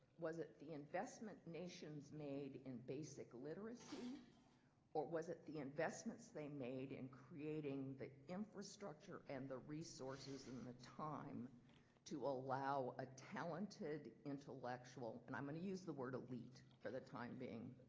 was it the investment nations made in basic literacy or was it the investments they made in and creating the infrastructure, and the resources and and the time to allow a talented intellectual, and i'm gonna use the word elite, for the time being,